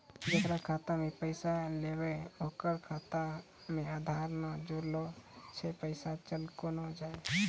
जेकरा खाता मैं पैसा लगेबे ओकर खाता मे आधार ने जोड़लऽ छै पैसा चल कोना जाए?